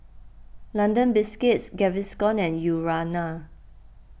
London Biscuits Gaviscon and Urana